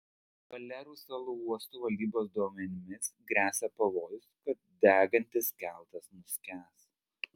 balearų salų uostų valdybos duomenimis gresia pavojus kad degantis keltas nuskęs